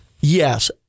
Yes